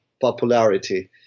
popularity